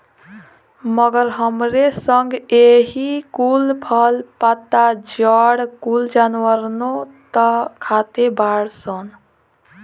मगर हमरे संगे एही कुल फल, पत्ता, जड़ कुल जानवरनो त खाते बाड़ सन